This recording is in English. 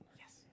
Yes